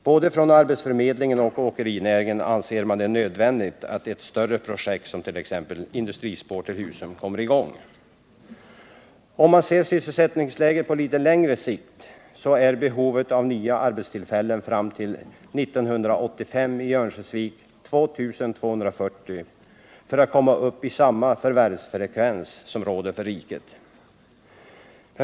Både från arbetsförmedlingen och från åkerinäringen anser man det nödvändigt att ett större projekt, som t.ex. ett industrispår till Husum, kommer i gång. Om man ser sysselsättningsläget på litet längre sikt, finner man att det i Örnsköldsvik behövs 2 240 nya arbetstillfällen fram till 1985 för att man skall komma upp i samma förvärvsfrekvens som råder för riket.